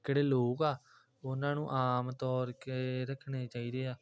ਜਿਹੜੇ ਲੋਕ ਆ ਉਹਨਾਂ ਨੂੰ ਆਮ ਤੌਰ ਕੇ ਰੱਖਣੇ ਚਾਹੀਦੇ ਆ